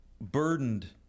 burdened